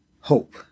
hope